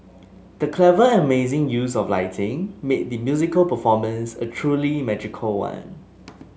the clever and amazing use of lighting made the musical performance a truly magical one